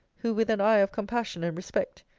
who, with an eye of compassion and respect,